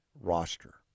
roster